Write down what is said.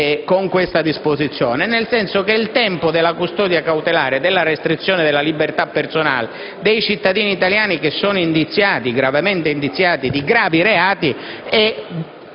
con questa disposizione. Intendo dire che il tempo della custodia cautelare e della restrizione della libertà personale di cittadini italiani gravemente indiziati di gravi reati è